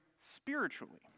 spiritually